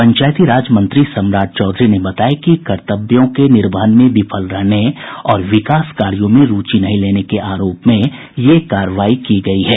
पंचायती राज मंत्री सम्राट चौधरी ने बताया कि कर्तव्यों के निर्वहन में विफल रहने और विकास कार्यों में रूचि नहीं लेने के आरोप में ये कार्रवाई की गयी है